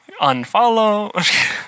unfollow